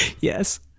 Yes